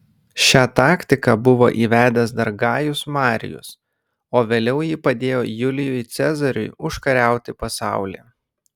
šią taktiką buvo įvedęs dar gajus marijus o vėliau ji padėjo julijui cezariui užkariauti pasaulį